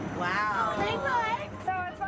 Wow